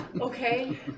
Okay